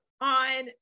On